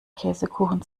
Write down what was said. käsekuchen